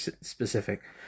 specific